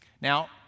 Now